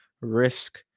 risk